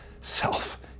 self